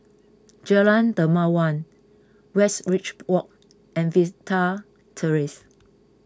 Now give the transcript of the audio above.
Jalan Dermawan Westridge Walk and Vista Terrace